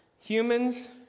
Humans